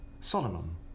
Solomon